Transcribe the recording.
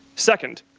second,